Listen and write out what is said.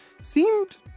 seemed